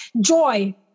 joy